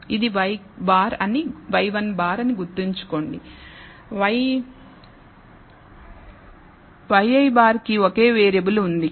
ఇది ŷi అని గుర్తుంచుకోండి ŷi కి ఒకే వేరియబుల్ ఉంది